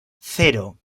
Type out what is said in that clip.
cero